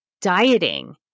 dieting